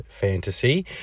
fantasy